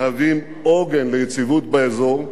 ההסכמים הללו מהווים עוגן ליציבות באזור,